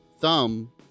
thumb